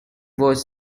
was